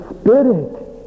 Spirit